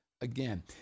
Again